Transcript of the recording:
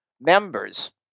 members